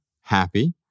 happy